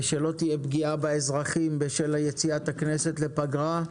ושלא תהיה פגיעה באזרחים בשל יציאת הכנסת לפגרה.